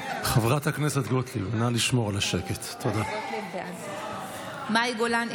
אינו נוכח גילה גמליאל,